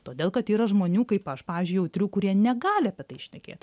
todėl kad yra žmonių kaip aš pavyzdžiui jautrių kurie negali apie tai šnekėt